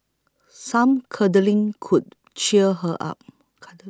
some cuddling could cheer her up